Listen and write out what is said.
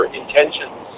intentions